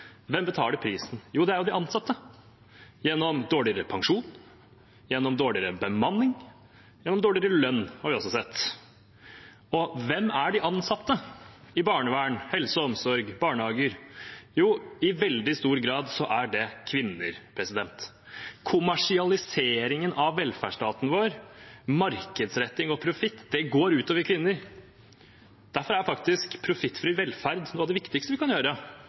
Hvem betaler prisen? Jo, det er de ansatte gjennom dårligere pensjon, gjennom dårligere bemanning, gjennom dårligere lønn, har vi også sett. Og hvem er de ansatte i barnevern, helse og omsorg og barnehager? Jo, i veldig stor grad er det kvinner. Kommersialiseringen av velferdsstaten vår, markedsretting og profitt går ut over kvinner. Derfor er faktisk profittfri velferd noe av det viktigste vi kan